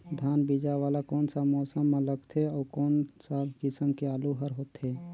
धान बीजा वाला कोन सा मौसम म लगथे अउ कोन सा किसम के आलू हर होथे?